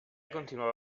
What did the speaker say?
continuava